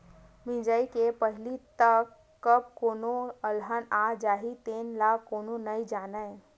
मिजई के पहिली तक कब कोनो अलहन आ जाही तेन ल कोनो नइ जानय